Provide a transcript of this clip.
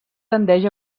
tendeix